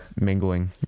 mingling